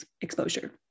exposure